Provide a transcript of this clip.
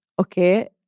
okay